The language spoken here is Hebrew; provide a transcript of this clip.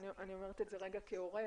אני אומרת רגע כהורה,